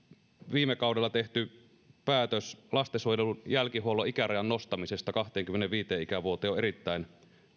viime kaudella tehty päätös lastensuojelun jälkihuollon ikärajan nostamisesta kahteenkymmeneenviiteen ikävuoteen on erittäin